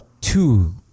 two